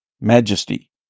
majesty